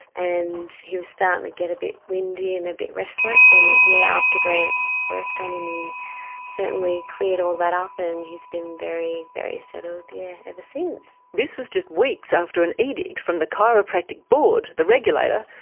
and he was starting to get a bit windy and a bit restless. and yeah after grant worked on him he certainly cleared all that up and he has been very, very settled yeah ever since. this was just weeks after an edict from the chiropractic board, the regulator,